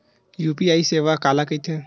UPI सेवा काला कइथे?